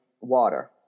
water